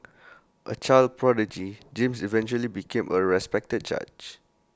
A child prodigy James eventually became A respected judge